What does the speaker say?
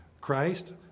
Christ